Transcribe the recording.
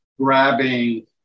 grabbing